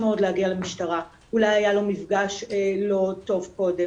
מאוד להגיע למשטרה אולי היה לו מפגש לא טוב קודם,